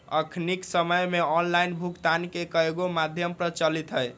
अखनिक समय में ऑनलाइन भुगतान के कयगो माध्यम प्रचलित हइ